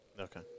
Okay